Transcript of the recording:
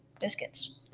Biscuits